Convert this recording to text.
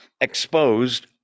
exposed